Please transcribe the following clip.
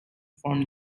form